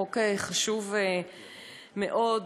חוק חשוב מאוד.